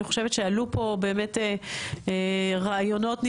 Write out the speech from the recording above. אני חושבת שעלו פה באמת רעיונות נפלאים,